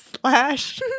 slash